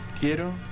Quiero